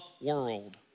world